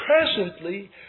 presently